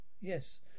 yes